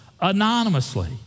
anonymously